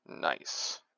Nice